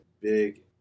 big